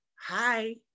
hi